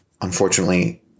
unfortunately